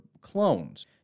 clones